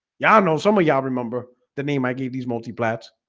ya know some of y'all remember the name i gave these multi plats